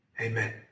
Amen